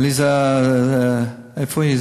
עליזה, איפה היא?